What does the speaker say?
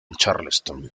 charleston